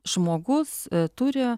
žmogus turi